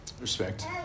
Respect